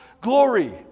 glory